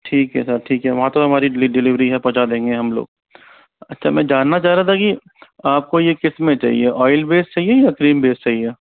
ठीक है सर ठीक है वहाँ तो हमारी डिलिवरी है पहुँचा देंगे हम लोग अच्छा सर में जानना चाह रहा था कि आपको ये किस में चाहिए ऑइल बेस चाहिए या क्रीम बेस चाहिए